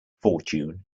fortune